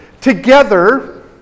Together